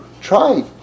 Try